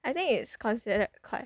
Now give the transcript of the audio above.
I think it's considered quite